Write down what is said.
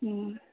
हूँ